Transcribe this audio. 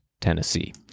Tennessee